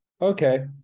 Okay